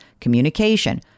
communication